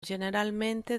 generalmente